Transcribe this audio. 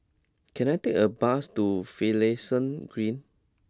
can I take a bus to Finlayson Green